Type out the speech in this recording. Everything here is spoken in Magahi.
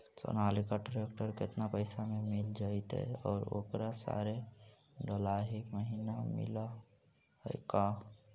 सोनालिका ट्रेक्टर केतना पैसा में मिल जइतै और ओकरा सारे डलाहि महिना मिलअ है का?